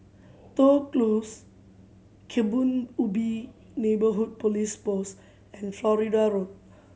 Toh Close Kebun Ubi Neighbourhood Police Post and Florida Road